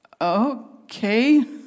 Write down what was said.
Okay